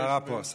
השרה פה.